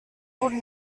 would